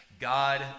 God